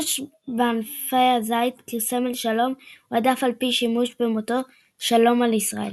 שימוש בענפי הזית כסמל השלום הועדף על פני שימוש במוטו "שלום על ישראל".